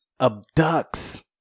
abducts